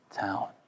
town